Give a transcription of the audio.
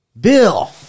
Bill